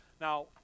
Now